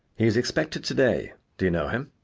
he is expected to-day. do you know him?